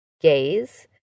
gaze